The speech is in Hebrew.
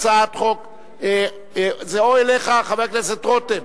זה או אליך, חבר הכנסת רותם,